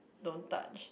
don't touch